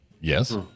Yes